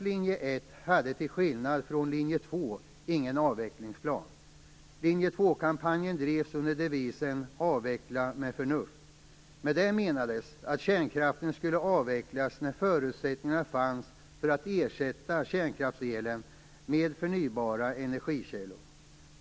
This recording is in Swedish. Linje 2-kampanjen drevs under devisen Avveckla med förnuft. Med det menades att kärnkraften skulle avvecklas när förutsättningarna fanns för att ersätta kärnkraftselen med förnybara energikällor.